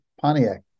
pontiac